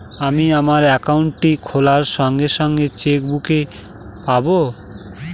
আমি আমার একাউন্টটি খোলার সঙ্গে সঙ্গে চেক বুক পাবো?